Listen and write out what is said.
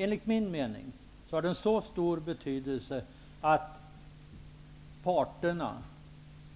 Enligt min mening har den så stor betydelse att parterna